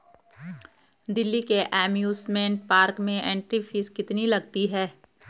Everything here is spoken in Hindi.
दिल्ली के एमयूसमेंट पार्क में एंट्री फीस कितनी लगती है?